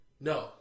No